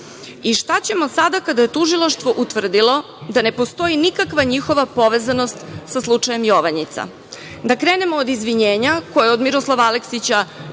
ćemo sada kada je tužilaštvo utvrdilo da ne postoji nikakva njihova povezanost sa slučajem „Jovanjica“? Da krenemo od izvinjenja, koje od Miroslava Aleksića